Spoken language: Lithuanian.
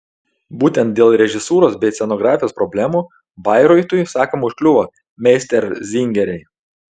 būtent dėl režisūros bei scenografijos problemų bairoitui sakoma užkliuvo meisterzingeriai